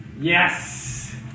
Yes